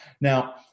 Now